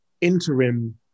interim